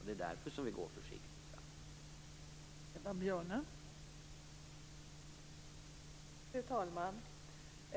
Det är därför vi går försiktigt fram.